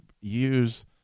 use